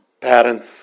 parents